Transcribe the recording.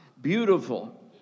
Beautiful